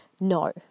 no